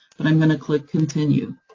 but i'm going to click continue.